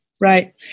right